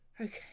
Okay